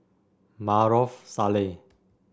Maarof Salleh